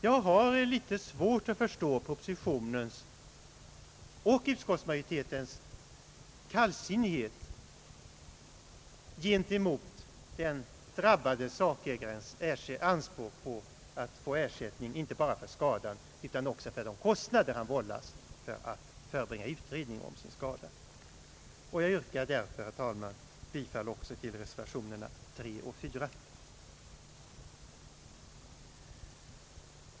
Jag har litet svårt att förstå propositionens och utskottsmajoritetens kallsinnighet gentemot den drabbade sakägarens anspråk på att få ersättning, inte bara för skadan utan också för de kostnader som vållats honom genom att han förebringat utredning om sin skada. Jag yrkar därför, herr talman, bifall också till reservationerna III och IV.